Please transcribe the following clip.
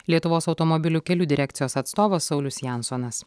lietuvos automobilių kelių direkcijos atstovas saulius jansonas